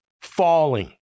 falling